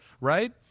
Right